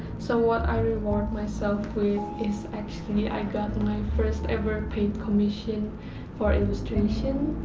so what i reward myself with is actually i got my first ever paid commission for illustration.